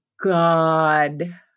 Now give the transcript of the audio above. God